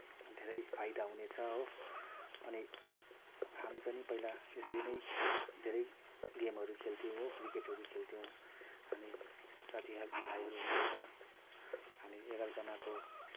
धेरै फाइदा हुनेछ हो अनि हामी पनि पहिला यसरी नै धेरै गेमहरू खेल्थ्यौँ हो क्रिकेटहरू खेल्थ्यौँ हामी साथीहरू भाइहरू मिलेर हामी एघारजनाको